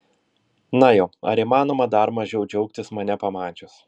na jau ar įmanoma dar mažiau džiaugtis mane pamačius